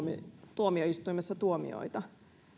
tuomioistuimessa tuomioita